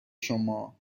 شما